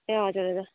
ए हजुर हजुर